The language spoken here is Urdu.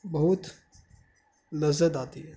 بہتھ لذت آتی ہے